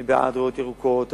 אני בעד ריאות ירוקות,